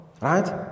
right